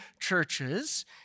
churches